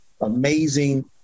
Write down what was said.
amazing